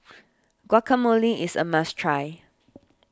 Guacamole is a must try